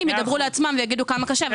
כאן ידברו לעצמם ויגידו כמה קשה.